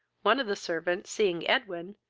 one of the servants, seeing edwin,